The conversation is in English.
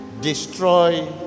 Destroy